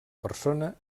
persona